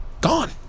Gone